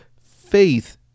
faith